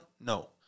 No